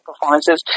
performances